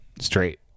straight